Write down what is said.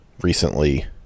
recently